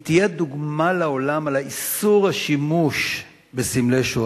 לא תהיה דוגמה לעולם לאיסור בשימוש בסמלי שואה,